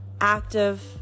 active